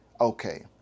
okay